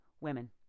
women